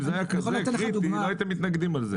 אם זה היה כזה קריטי לא הייתם מתנגדים על זה.